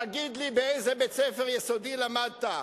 תגיד לי באיזה בית-ספר יסודי למדת.